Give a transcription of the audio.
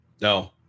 No